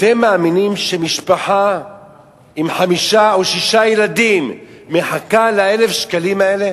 אתם מאמינים שמשפחה עם חמישה או שישה ילדים מחכה ל-1,000 שקלים האלה